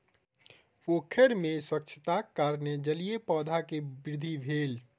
पोखैर में स्वच्छताक कारणेँ जलीय पौधा के वृद्धि भेल